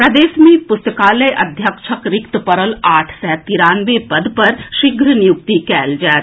प्रदेश मे पुस्तकालय अध्यक्षक रिक्त पड़ल आठ सय तिरानवे पद पर शीघ्र नियुक्ति कयल जाएत